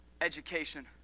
education